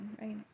right